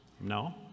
No